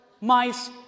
mice